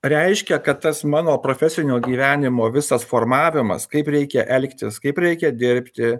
reiškia kad tas mano profesinio gyvenimo visas formavimas kaip reikia elgtis kaip reikia dirbti